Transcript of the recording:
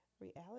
reality